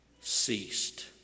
ceased